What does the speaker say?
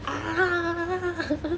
ah